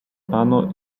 panu